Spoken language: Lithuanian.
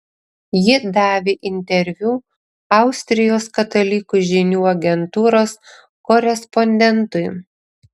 ji davė interviu austrijos katalikų žinių agentūros korespondentui